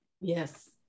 Yes